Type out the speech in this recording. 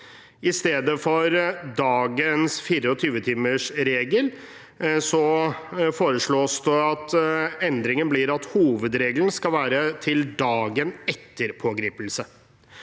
I stedet for dagens 24-timersregel foreslås det at endringen blir at hovedregelen skal være til dagen etter pågripelse.